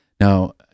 now